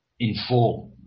inform